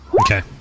Okay